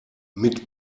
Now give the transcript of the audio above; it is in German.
mit